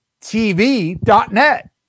tv.net